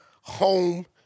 home